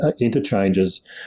interchanges